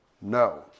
No